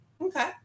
Okay